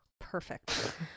perfect